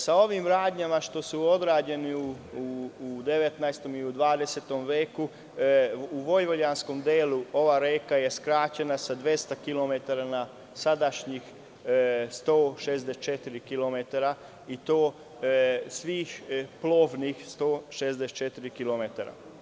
Sa ovim radnjama što su odrađene u 19. i 20. veku u Vojvođanskom delu ova reka je skraćena sa 200 kilometara sadašnjih 164 kilometra, i to svih plovnih 164 kilometra.